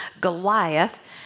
Goliath